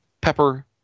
pepper